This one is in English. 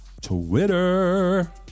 Twitter